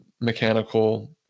mechanical